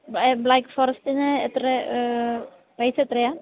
black ഫോറസ്റ്റിന് എത്ര റേറ്റെത്രയാണ്